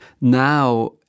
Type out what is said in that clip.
now